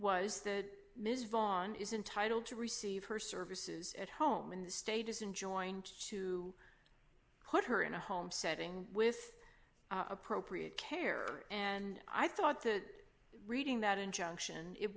was that ms vaughn is entitled to receive her services at home and the state isn't joined to put her in a home setting with appropriate care and i thought that reading that injunction it